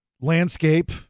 landscape